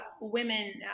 women